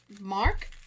Mark